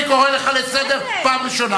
אני קורא לך לסדר פעם ראשונה.